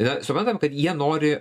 ir na suprantam kad jie nori